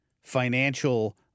financial